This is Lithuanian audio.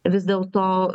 vis dėl to